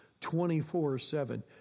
24-7